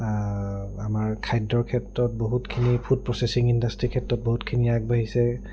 আমাৰ খাদ্যৰ ক্ষেত্ৰত বহুতখিনি ফুড প্ৰচেচিং ইণ্ডাষ্ট্ৰিৰ ক্ষেত্ৰত বহুতখিনি আগবাঢ়িছে